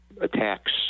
attacks